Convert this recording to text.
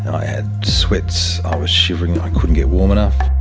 i had sweats, i was shivering, i couldn't get warm enough.